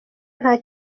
nta